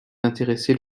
intéressés